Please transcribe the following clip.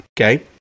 Okay